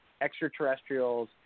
extraterrestrials